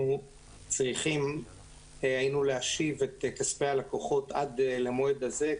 אנחנו צריכים היינו להשיב את כספי הלקוחות עד למועד הזה,